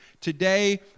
Today